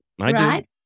Right